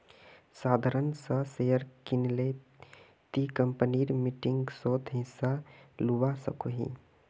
साधारण सा शेयर किनले ती कंपनीर मीटिंगसोत हिस्सा लुआ सकोही